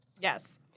Yes